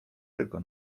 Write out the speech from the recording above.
tylko